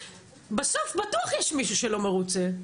בסוף בטוח יש מישהו שלא מרוצה,